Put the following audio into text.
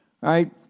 right